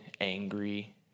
angry